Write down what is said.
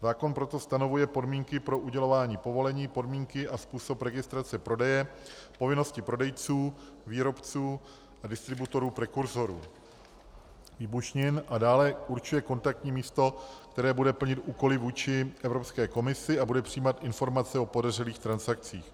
Zákon proto stanovuje podmínky pro udělování povolení, podmínky a způsob registrace prodeje, povinnosti prodejců, výrobců a distributorů prekurzorů výbušnin a dále určuje kontaktní místo, které bude plnit úkoly vůči Evropské komisi a bude přijímat informace o podezřelých transakcích.